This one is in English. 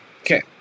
Okay